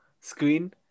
screen